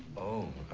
oh